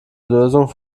lösung